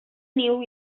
niu